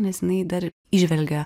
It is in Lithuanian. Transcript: nes jinai dar įžvelgia